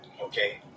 okay